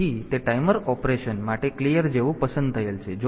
તેથી તે timer operation માટે ક્લીયર જેવું પસંદ થયેલ છે